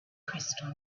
crystal